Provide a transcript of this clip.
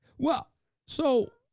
well so,